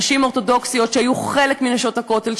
נשים אורתודוקסיות שהיו חלק מ"נשות הכותל",